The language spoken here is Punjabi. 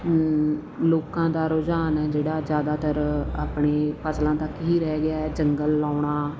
ਲੋਕਾਂ ਦਾ ਰੁਝਾਨ ਹੈ ਜਿਹੜਾ ਜ਼ਿਆਦਾਤਰ ਆਪਣੀਆਂ ਫਸਲਾਂ ਤੱਕ ਹੀ ਰਹਿ ਗਿਆ ਜੰਗਲ ਲਾਉਣਾ